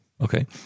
okay